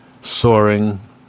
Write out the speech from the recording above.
soaring